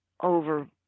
over